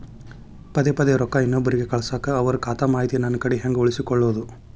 ಪದೆ ಪದೇ ರೊಕ್ಕ ಇನ್ನೊಬ್ರಿಗೆ ಕಳಸಾಕ್ ಅವರ ಖಾತಾ ಮಾಹಿತಿ ನನ್ನ ಕಡೆ ಹೆಂಗ್ ಉಳಿಸಿಕೊಳ್ಳೋದು?